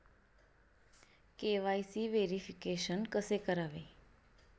KYC verification कसे करावे?